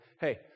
Hey